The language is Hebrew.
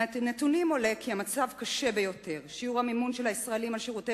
מהנתונים עולה כי המצב קשה ביותר: שיעור המימון של הישראלים את שירותי